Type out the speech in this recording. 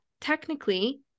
technically